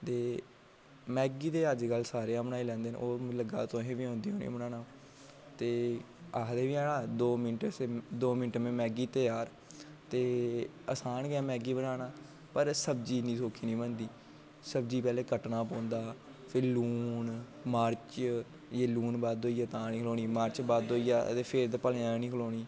Maggi ते अज्ज कल सारे गै बनाई लैंदे न होर मिगी लग्गा दा कि तुसें बी औंदी होनी बनाना ते आखदे बी हैन ना दो मिन्ट में मैगी तेआर ते आसान गै ऐ मैगी बनाना पर सब्जी इ'न्नी सौखी निं बनदी सब्जी ई पैह्लें कट्टना पौंदा फिर लून मर्च जे लून बद्ध होई जा तां निं खलोनी मर्च बद्ध होई जा ते फिर भलेआं निं खलोनी